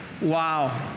Wow